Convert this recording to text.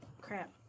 Crap